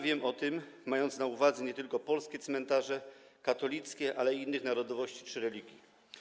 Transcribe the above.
Wiem o tym, a mam na uwadze nie tylko polskie cmentarze katolickie, ale też innych narodowości czy religii.